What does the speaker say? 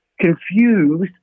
confused